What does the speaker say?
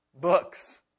books